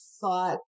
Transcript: thought